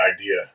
idea